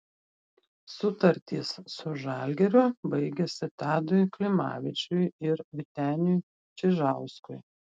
sutartys su žalgiriu baigėsi tadui klimavičiui ir vyteniui čižauskui